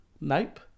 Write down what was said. Nope